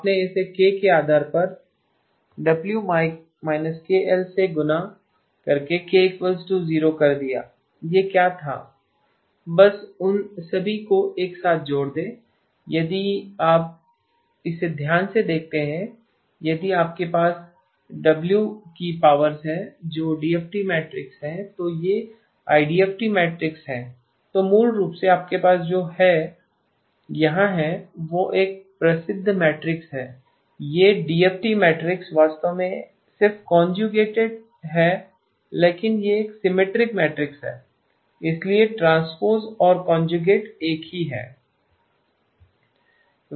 आपने इसे k के आधार पर W−kl से गुणा करके k 0 कर दिया यह क्या था बस उन सभी को एक साथ जोड़ दें इसलिए यदि आप इसे ध्यान से देखते हैं यदि आपके पास W की पावर्स हैं जो डीएफटी मैट्रिक्स है तो यह आईडीएफटी मैट्रिक्स है तो मूल रूप से आपके पास जो यहां है वह एक प्रसिद्ध मैट्रिक्स है यह डीएफटी मैट्रिक्स वास्तव में सिर्फ कॉन्जयूगेटेड है लेकिन यह एक सिमेट्रिक मैट्रिक्स है इसलिए ट्रांसपोज़ और कॉन्जयूगेट एक ही है